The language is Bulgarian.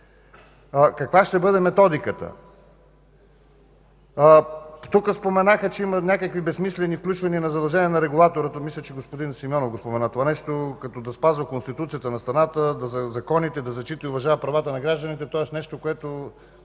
каква ще бъде методиката. Тук споменаха, че има някакви безсмислени включвания на задължения на регулатора, мисля, че господин Симеонов го спомена това нещо, като да спазва Конституцията на страната, законите, да зачита и уважава правата на гражданите, тоест нещо, което